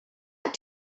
that